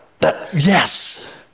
yes